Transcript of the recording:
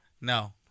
No